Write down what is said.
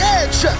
edge